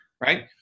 right